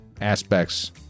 aspects